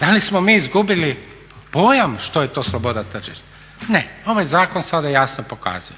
da li smo mi izgubili pojam što je to sloboda tržišta? Ne. Ovaj zakon sada jasno pokazuje.